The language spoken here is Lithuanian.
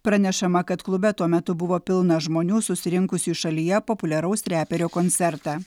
pranešama kad klube tuo metu buvo pilna žmonių susirinkusių į šalyje populiaraus reperio koncertą